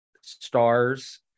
stars